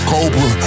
Cobra